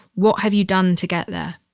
what have you done to get there?